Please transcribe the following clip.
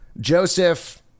Joseph